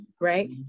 right